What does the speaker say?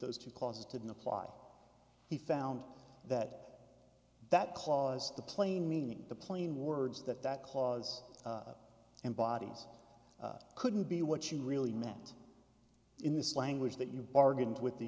those two clauses didn't apply he found that that clause the plain meaning the plain words that that clause embodies couldn't be what you really meant in this language that you bargained with the